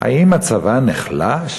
האם הצבא נחלש?